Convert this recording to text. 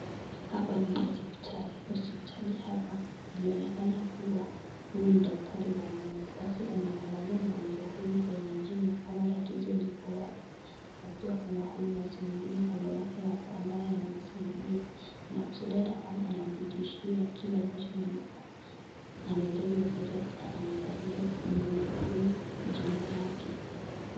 Hapa ni hospitali. Hospitali hapa inaonekana kuwa huyu ni daktari wa meno. Basi anamuangalia mgonjwa huyu kwenye jino kuona tatizo liko wapi na pia kuna huyu nesi mwingine kando yake hapa ambaye anamsaidia. Anamsaidia hata kama anampitishia kile ambacho anahitaji wakati anaangalia mgonjwa huyu jino lake.